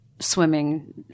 swimming